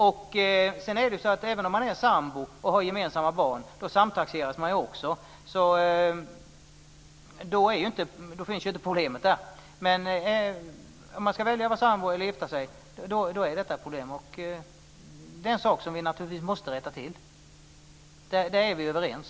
Om man är sambo och har gemensamma barn samtaxeras man, så där finns inte det problemet. Men om det hänger på om man är sambo eller gift är detta ett problem, och det är en sak som vi naturligtvis måste rätta till. Där är vi överens.